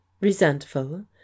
resentful